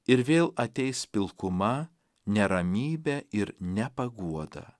ir vėl ateis pilkuma neramybė ir nepaguoda